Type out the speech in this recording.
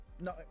No